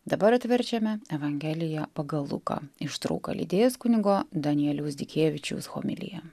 dabar atverčiame evangeliją pagal luką ištrauką lydės kunigo danieliaus dikėvičiaus homilija